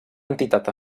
entitat